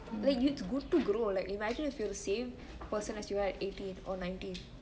like it's good to grow imagine if you were the same person you were at eighteen or nineteen